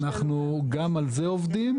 אנחנו גם על זה עובדים.